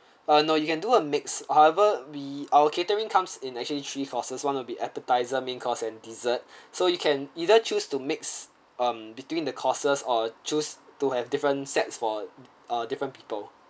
uh no you can do a mix however we our catering comes in actually three courses one will be appetizer main course and dessert so you can either choose to mix um between the courses or choose to have different sets for uh different people